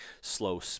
slow